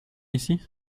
ici